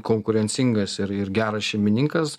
konkurencingas ir ir geras šeimininkas